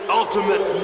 ultimate